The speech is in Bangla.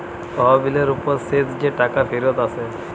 তহবিলের উপর শেষ যে টাকা ফিরত আসে